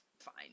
fine